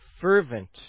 fervent